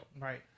Right